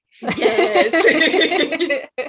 Yes